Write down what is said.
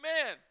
Amen